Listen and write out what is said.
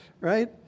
Right